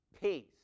peace